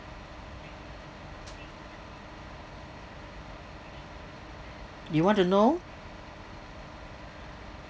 you want to know